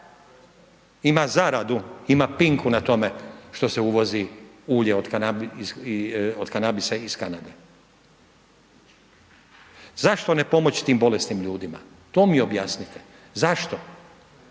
ima zaradu, ima pinku na tome što se uvozi ulje od kanabisa iz Kanade. Zašto ne pomoć tim bolesnim ljudima, to mi objasnite, zašto,